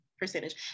percentage